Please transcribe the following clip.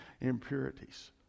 impurities